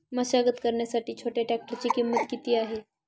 मशागत करण्यासाठी छोट्या ट्रॅक्टरची किंमत किती आहे?